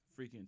freaking